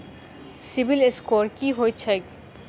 CIBIL score की होइत छैक?